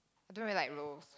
I don't really like rolls